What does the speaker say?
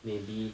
maybe